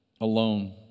alone